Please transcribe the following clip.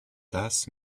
thus